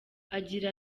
agira